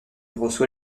reçoit